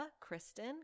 Kristen